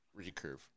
recurve